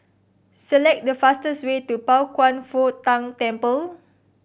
select the fastest way to Pao Kwan Foh Tang Temple